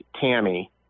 Tammy